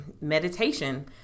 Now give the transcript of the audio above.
meditation